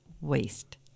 waste